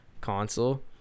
console